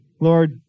Lord